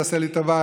תעשה לי טובה.